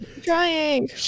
Trying